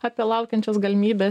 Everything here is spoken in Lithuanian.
apie laukiančias galimybe